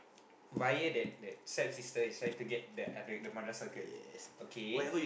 via that that step sister is trying to get the the madrasah girl okay